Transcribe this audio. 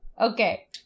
Okay